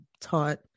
taught